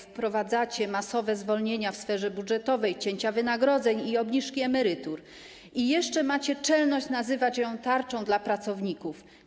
Wprowadzacie masowe zwolnienia w sferze budżetowej, cięcia wynagrodzeń i obniżki emerytur i jeszcze macie czelność nazywać ją tarczą dla pracowników.